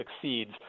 succeeds